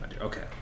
Okay